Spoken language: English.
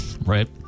Right